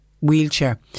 wheelchair